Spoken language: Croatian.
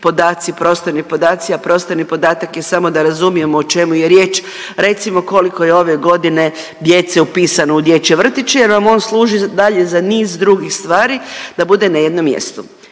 prostorni podaci, a prostorni podatak je samo da razumijemo o čemu je riječ, recimo koliko je ove godine djece upisano u dječje vrtiće jer vam on služi dalje za niz drugih stvari da bude na jednom mjestu.